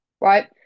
right